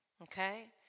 Okay